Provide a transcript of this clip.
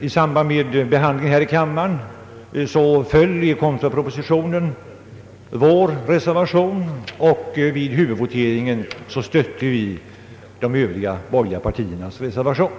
I samband med behandlingen här i kammaren föll vid voteringen om kontraproposition vår reservation, och vid huvudvoteringen stödde vi de övriga borgerliga partiernas reservation.